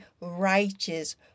righteous